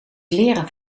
leren